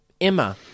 Emma